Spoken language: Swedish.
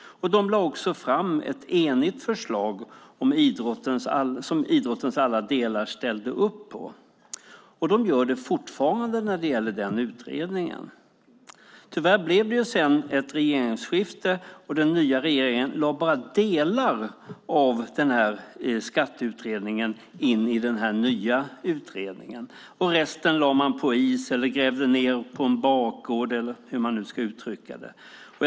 Utredningen lade fram ett enigt förslag som alla delar inom idrotten ställde sig bakom, och de gör det fortfarande när det gäller den utredningen. Tyvärr blev det sedan ett regeringsskifte, och den nya regeringen lade bara in delar av denna skatteutredning i den nya utredningen. Resten lade man på is eller grävde ned på en bakgård, eller hur man nu ska uttrycka det.